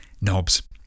Knobs